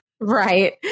Right